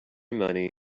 money